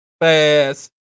Fast